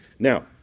Now